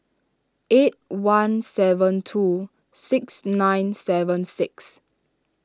eight one seven two six nine seven six